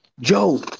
Joe